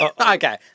Okay